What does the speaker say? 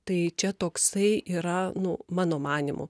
tai čia toksai yra nu mano manymu